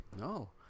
No